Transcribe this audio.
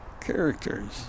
characters